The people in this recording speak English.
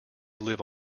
live